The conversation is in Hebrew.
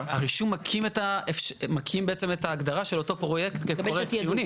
הרישום מקים בעצם את ההגדרה של אותו פרויקט כפרויקט חיוני.